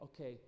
okay